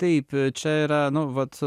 taip čia yra nu vat